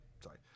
sorry